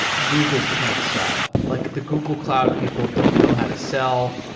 google can't sell, like the google cloud people don't know how to sell.